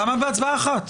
למה בהצבעה אחת?